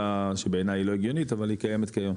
שבעיניי היא לא הגיונית אבל היא קיימת היום.